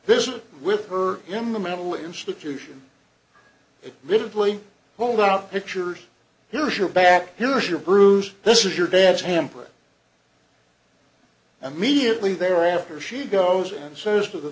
visit with her in the mental institution it rigidly hold up pictures here's your back here's your bruise this is your dad's hamper and mediately there after she goes in and says to the